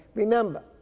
remember,